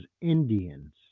Indians